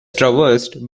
traversed